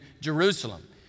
Jerusalem